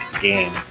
game